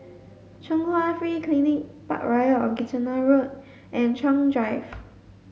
Chung Hwa Free Clinic Parkroyal on Kitchener Road and Chuan Drive